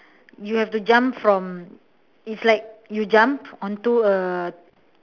you have to jump from is like you jump onto a